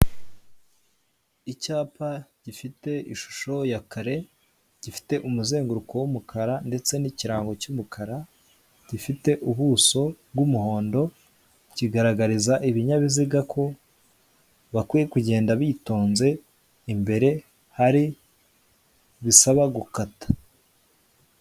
Icyama gifite ishusho ya kare gifite umuzenguruko w'umukara ndetse n'ikirango cy'umukara gifite ubuso bw'umuhondo kigaragariza ibinyabiziga ko bakwiye kugenda bitonze imbere hari bisaba gukata.